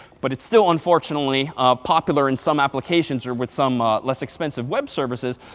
but it's still unfortunately popular in some applications or with some less expensive web services.